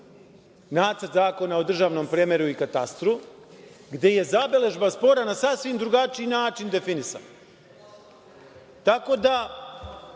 Nacrt zakona o državnom premeru i katastru, gde je zabeležba spora na sasvim drugačiji način definisana, tako da